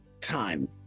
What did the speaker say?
time